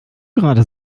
gerade